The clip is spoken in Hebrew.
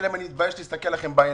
להם: אני מתבייש להסתכל לכם בעיניים.